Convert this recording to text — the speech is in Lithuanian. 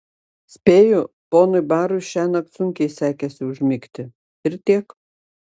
spėju ponui barui šiąnakt sunkiai sekėsi užmigti ir tiek